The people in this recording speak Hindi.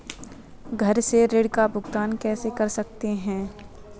घर से ऋण का भुगतान कैसे कर सकते हैं?